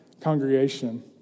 congregation